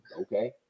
Okay